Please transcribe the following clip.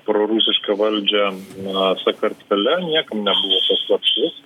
prorusišką valdžią sakartvele niekam nebuvo paslaptis